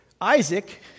Isaac